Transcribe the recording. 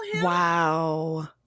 wow